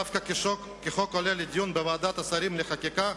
דווקא כשהחוק עולה לדיון בוועדת השרים לחקיקה,